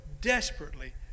desperately